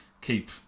keep